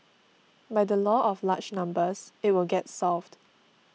by the law of large numbers it will get solved